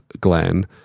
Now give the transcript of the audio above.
Glenn